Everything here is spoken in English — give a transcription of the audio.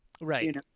Right